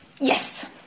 Yes